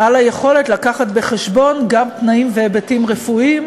על היכולת להביא בחשבון גם תנאים והיבטים רפואיים